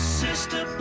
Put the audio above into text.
sister